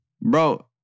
bro